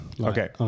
Okay